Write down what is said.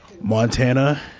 Montana